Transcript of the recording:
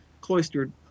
cloistered